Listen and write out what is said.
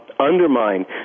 Undermine